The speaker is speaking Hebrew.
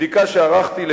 מבדיקה שערכתי עולה,